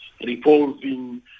revolving